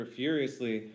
furiously